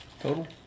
Total